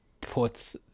puts